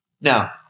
Now